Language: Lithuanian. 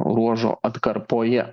ruožo atkarpoje